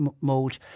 mode